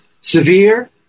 Severe